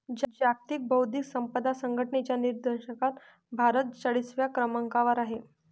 जागतिक बौद्धिक संपदा संघटनेच्या निर्देशांकात भारत चाळीसव्या क्रमांकावर आहे